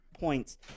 points